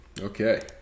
Okay